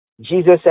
Jesus